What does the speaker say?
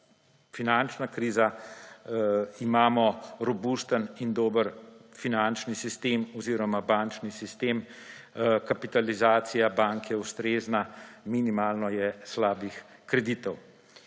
finančna kriza, imamo robusten in dober finančni sistem oziroma bančni sistem, kapitalizacija bank je ustrezna, minimalno je slabih kreditov.